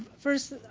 first,